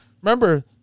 remember